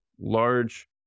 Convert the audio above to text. large